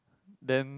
then